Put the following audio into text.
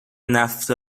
نفت